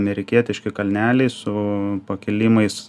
amerikietiški kalneliai su pakilimais